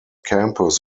campus